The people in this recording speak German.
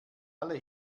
alle